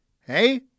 Hey